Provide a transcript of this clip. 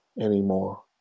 anymore